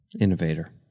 innovator